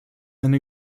and